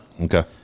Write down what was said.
Okay